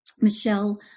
Michelle